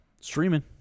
streaming